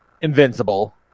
Invincible